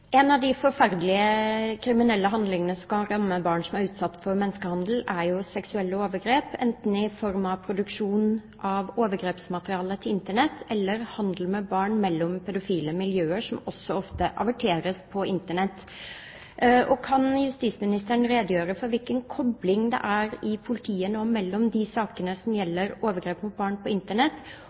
forferdelige kriminelle handlingene som kan ramme barn som er utsatt for menneskehandel, er seksuelle overgrep, enten i form av produksjon av overgrepsmateriale til Internett eller handel med barn mellom pedofile miljøer, som også ofte averteres på Internett. Kan justisministeren redegjøre for hvilken kobling det er i politiet nå mellom de sakene som gjelder overgrep mot barn på Internett,